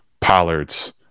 Pollard's